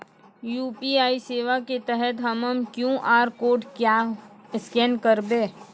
UPI सेवा के तहत हम्मय क्यू.आर कोड केना स्कैन करबै?